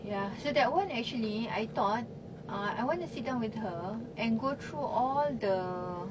ya so that [one] actually I thought uh I want to sit down with her and go through all the